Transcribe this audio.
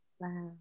Wow